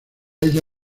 ella